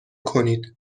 کنید